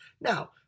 Now